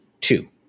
Two